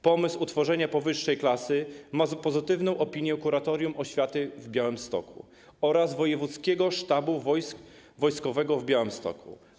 Pomysł utworzenia powyższej klasy ma pozytywną opinię Kuratorium Oświaty w Białymstoku oraz Wojewódzkiego Sztabu Wojskowego w Białymstoku.